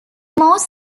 most